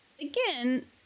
again